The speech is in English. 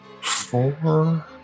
Four